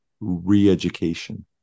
re-education